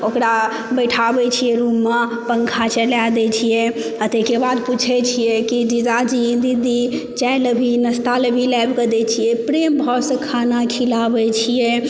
ओकरा बैठाबै छियै रूममे पंखा चला दै छियै आ ताहि के बाद पूछै छियै कि जीजाजी दीदी चाय लेबही नास्ता लेबही लाबि कऽ दै छियै प्रेम भावसँ खाना खिलाबै छियै